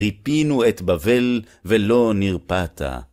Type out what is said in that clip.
ריפאנו את בבל, ולא נרפתה.